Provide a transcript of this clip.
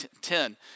Ten